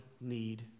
need